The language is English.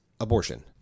abortion